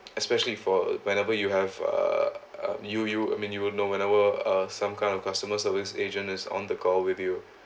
especially for whenever you have uh you you I mean you will know whenever uh some kind of customer service agent is on the call with you